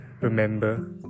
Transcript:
remember